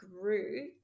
grew